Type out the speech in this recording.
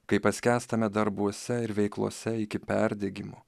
kai paskęstame darbuose ir veiklose iki perdegimo